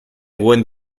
buen